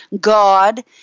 God